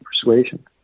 persuasion